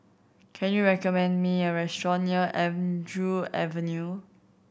can you recommend me a restaurant near Andrew Avenue